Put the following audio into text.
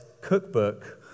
cookbook